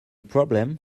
problem